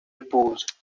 épouse